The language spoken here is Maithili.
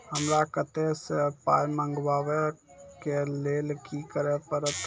हमरा कतौ सअ पाय मंगावै कऽ लेल की करे पड़त?